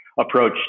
approach